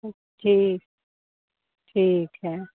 ठीक ठीक है